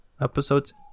episodes